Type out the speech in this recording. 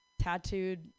tattooed